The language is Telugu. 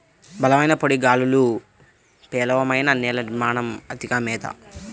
బలమైన పొడి గాలులు, పేలవమైన నేల నిర్మాణం, అతిగా మేత